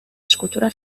escultura